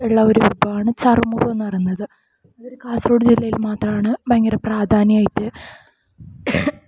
ഉള്ള ഒര് വിഭവമാണ് ചറുമുറു എന്നുപറയുന്നത് കാസർഗോഡ് ജില്ലയിൽ മാത്രമാണ് ഭയങ്കര പ്രാധാന്യയിട്ട്